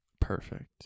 Perfect